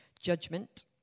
Judgment